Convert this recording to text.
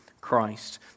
Christ